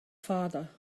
father